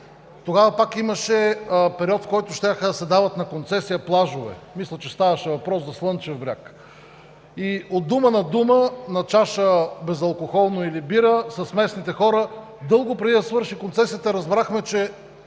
Тогава пак имаше период, в който щяха да се дават на концесия плажове. Мисля, че ставаше въпрос за „Слънчев бряг“. И от дума на дума на чаша безалкохолно или бира с местните хора дълго преди да свърши концесията разбрахме, че